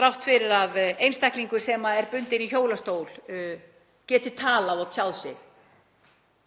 þrátt fyrir að einstaklingur sem er bundinn í hjólastól geti talað og tjáð sig